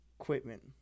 equipment